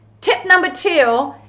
tip number two,